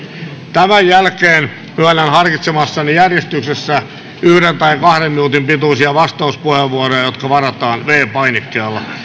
tämän jälkeen myönnän harkitsemassani järjestyksessä yksi tai kahden minuutin pituisia vastauspuheenvuoroja jotka varataan viidennellä painikkeella